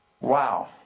Wow